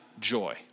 joy